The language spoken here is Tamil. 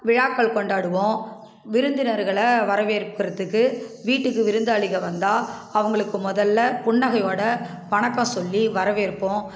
விழாக்கள் கொண்டாடுவோம் விருந்தினர்கள வரவேற்கிறதுக்கு வீட்டுக்கு விருந்தாளிகள் வந்தால் அவங்களுக்கு முதலில் புன்னகையோடு வணக்கம் சொல்லி வரவேற்போம்